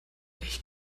ich